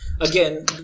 again